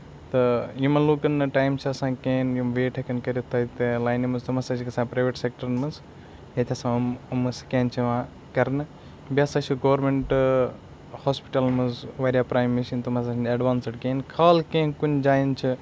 تہٕ یِمن لُکن نہٕ ٹایم چھُ آسان کہینۍ یِم ویٹ ہٮ۪کن کٔرِتھ لاینہِ منٛز تِم ہسا چھِ گژھان پریویٹ سیکٹرن منٛز تَتہِ ہسا یِم یِمن سِکین چھِ یِوان کرنہٕ بیٚیہِ ہسا چھُ گورمیٚنٹ ہاسپِٹلن منٛز واریاہ پرانہِ مِشیٖنہٕ تِم ہسا چھنہٕ ایڈوانسٕڈ کہینٛۍ خال کِنہِ کُنہِ جاین چھِ